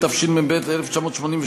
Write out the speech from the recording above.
התשמ"ב 1982,